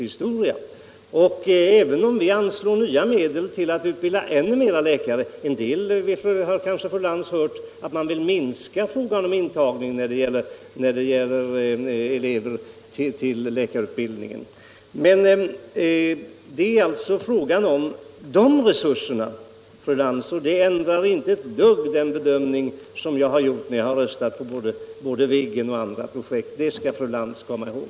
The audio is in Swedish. Även om vi vill anslå nya medel till utbildning av ännu fler läkare har kanske fru Lantz hört att en del vill minska intagningen av antalet elever till läkarutbildning. Det är alltså, fru Lantz, dessa resurser det är fråga om. Att jag röstat för både Viggen och andra projekt ändrar inte ett dugg den bedömning jag har gjort nu. Det skall fru Lantz komma ihåg.